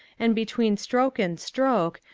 and between stroke and stroke,